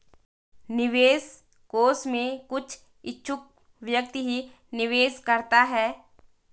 निवेश कोष में कुछ इच्छुक व्यक्ति ही निवेश करता है